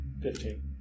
Fifteen